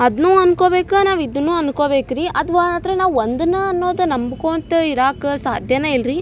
ಅದನ್ನೂ ಅನ್ಕೊಬೇಕ ನಾವು ಇದುನ್ನೂ ಅನ್ಕೊಬೇಕು ರೀ ಅದು ಮಾತ್ರ ನಾವು ಒಂದನ್ನ ಅನ್ನೋದು ನಂಬ್ಕೊಳ್ತಾ ಇರಾಕೆ ಸಾಧ್ಯನ ಇಲ್ರಿ